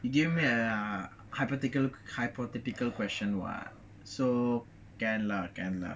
you giving me err hypothetical hypothetical question [what] so can lah can lah